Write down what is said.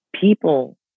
people